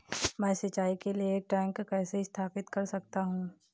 मैं सिंचाई के लिए एक टैंक कैसे स्थापित कर सकता हूँ?